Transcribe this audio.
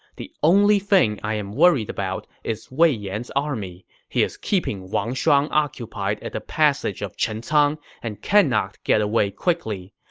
the only thing i'm worried about is wei yan's army. he is keeping wang shuang occupied at the passage of chencang and cannot get away quickly.